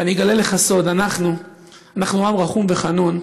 ואני אגלה לך סוד: אנחנו עם רחום וחנון,